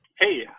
Hey